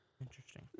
Interesting